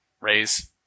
raise